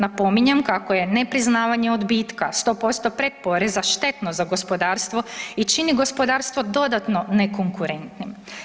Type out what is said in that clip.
Napominjem kako je nepriznavanje odbitka, 100% pretporeza štetno za gospodarstvo i čini gospodarstvo dodano nekonkurentnim.